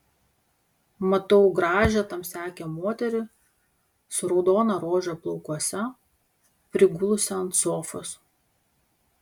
matau gražią tamsiaakę moterį su raudona rože plaukuose prigulusią ant sofos